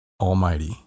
Almighty